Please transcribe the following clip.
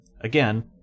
again